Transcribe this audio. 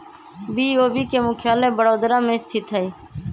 BOB के मुख्यालय बड़ोदरा में स्थित हइ